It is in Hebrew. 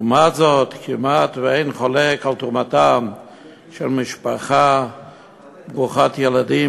לעומת זאת כמעט אין חולק על תרומתה של משפחה ברוכת ילדים,